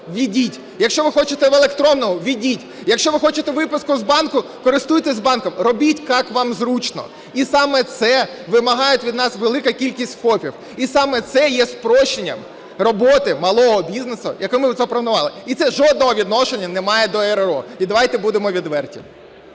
введіть. Якщо ви хочете в електронному, введіть. Якщо ви хочете виписку з банку, користуйтесь банком. Робіть так, як вам зручно. І саме цього вимагає від нас велика кількість ФОПів. І саме це є спрощенням роботи малого бізнесу, яку ми запропонували. І це жодного відношення немає до РРО. І давайте будемо відверті.